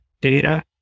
data